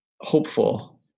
hopeful